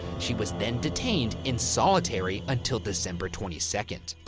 she was then detained in solitary until december twenty second.